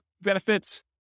benefits